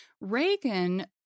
Reagan